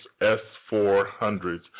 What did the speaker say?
S-400s